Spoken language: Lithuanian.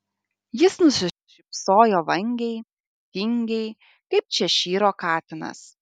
jis nusišypsojo vangiai tingiai kaip češyro katinas